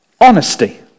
honesty